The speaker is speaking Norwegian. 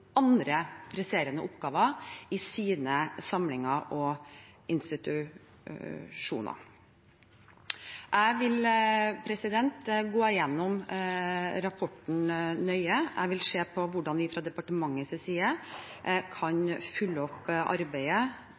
andre presserende oppgaver i sine samlinger og institusjoner. Jeg vil gå igjennom rapporten nøye. Jeg vil se på hvordan vi fra departementets side kan følge opp arbeidet